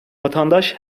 vatandaş